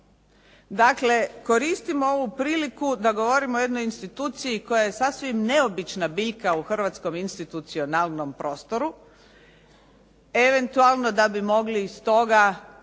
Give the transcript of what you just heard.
Dakle, koristim ovu priliku da govorim o jednoj instituciji koja je sasvim neobična biljka u hrvatskom institucionalnom prostoru, eventualno da bi mogli iz toga